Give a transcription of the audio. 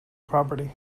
property